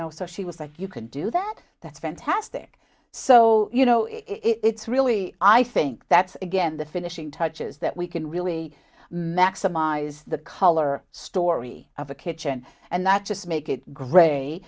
know so she was like you could do that that's fantastic so you know it's really i think that's again the finishing touches that we can really maximize the color story of the kitchen and not just make it